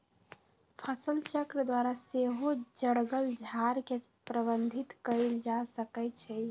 फसलचक्र द्वारा सेहो जङगल झार के प्रबंधित कएल जा सकै छइ